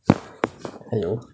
!aiyo!